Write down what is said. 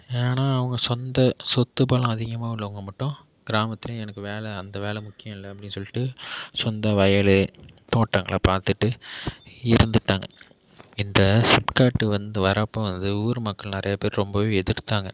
ஏன்னால் அவங்க சொந்த சொத்து பலம் அதிகமாக உள்ளவங்கள் மட்டும் கிராமத்தில் எனக்கு வேலை அந்த வேலை முக்கியம் இல்லை அப்படின்னு சொல்லிட்டு சொந்த வயல் தோட்டங்களை பார்த்துட்டு இருந்துட்டாங்க இந்த ஸிப்காட் வந்து வரப்போ வந்து ஊர்மக்கள் நிறைய பேர் ரொம்பவே எதிர்த்தாங்க